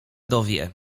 dowie